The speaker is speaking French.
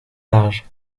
large